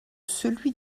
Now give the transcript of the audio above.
celui